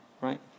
right